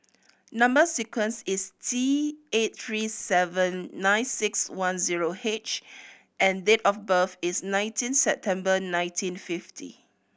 number sequence is T eight three seven nine six one zero H and date of birth is nineteen September nineteen fifty